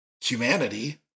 humanity